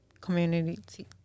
community